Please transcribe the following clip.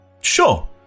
Sure